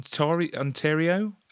Ontario